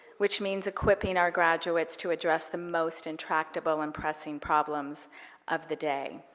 which means equipping our graduates to address the most intractable and pressing problems of the day.